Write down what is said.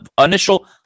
Initial